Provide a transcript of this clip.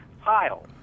Pile